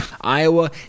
Iowa